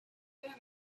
done